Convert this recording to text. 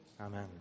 Amen